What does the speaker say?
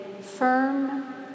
firm